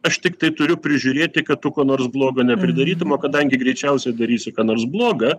aš tiktai turiu prižiūrėti kad tu ko nors blogo nepridarytum o kadangi greičiausiai darysi ką nors bloga